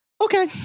Okay